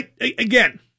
again